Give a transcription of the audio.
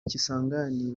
kisangani